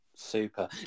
super